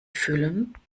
füllen